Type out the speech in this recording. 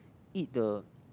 eat the